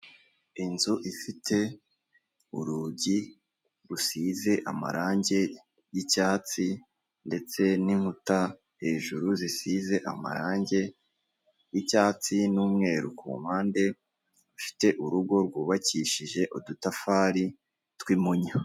Inzu ifite urugi rusize amarangi y'icyatsi ndetse n'inkuta hejuru zisize amarangi y'icyatsi n'umweru kumpande ifite urugo rwubakishije udutafari twi'ipunyu .